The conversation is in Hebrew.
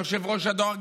יושב-ראש הדואר,